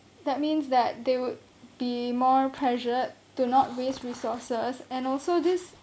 that means that they would be more pressured to not waste resources and also this